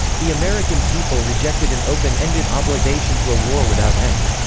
the american people rejected an open-ended obligation to a war without end.